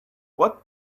what